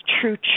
true